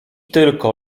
tylko